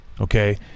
okay